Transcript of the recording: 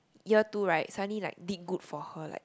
year two right suddenly like did good for her like